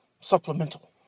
Supplemental